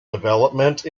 development